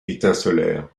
étincelèrent